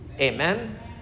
Amen